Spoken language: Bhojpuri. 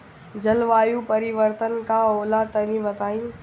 जलवायु परिवर्तन का होला तनी बताई?